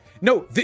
No